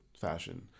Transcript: fashion